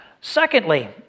Secondly